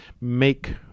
make